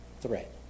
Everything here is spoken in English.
threat